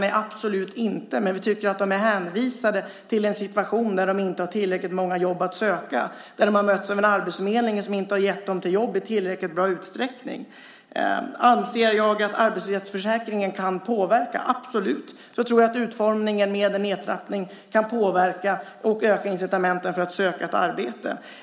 Nej, absolut inte - men vi tycker att de är hänvisade till en situation där de inte har tillräckligt många jobb att söka. De har mötts av en arbetsförmedling som inte har gett dem jobb i tillräckligt hög utsträckning. Anser jag att arbetslöshetsförsäkringen kan påverka? Jag tror absolut att utformningen med en nedtrappning kan påverka och öka incitamenten för att söka ett arbete.